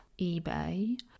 eBay